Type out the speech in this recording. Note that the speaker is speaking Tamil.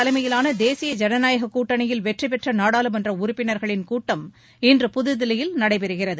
தலைமையிலான தேசிய ஜனநாயக கூட்டணியில் வெற்றிபெற்ற நாடாளுமன்ற பிஜேபி உறுப்பினர்களின் கூட்டம் இன்று புதுதில்லியில் நடைபெறுகிறது